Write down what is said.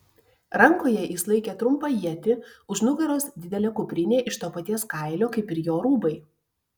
rankoje jis laikė trumpą ietį už nugaros didelė kuprinė iš to paties kailio kaip ir jo rūbai